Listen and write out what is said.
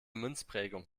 münzprägung